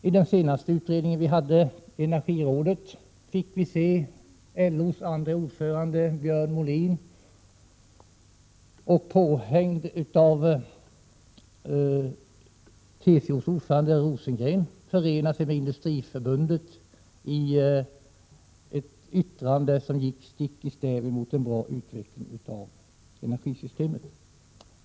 I den senaste utredningen från energirådet fick vi se LO:s andre ordförande Björn Molin och TCO:s ordförande Rosengren förena sig med Industriförbundet i ett yttrande, som gick stick i stäv mot en bra utveckling av energisystemet.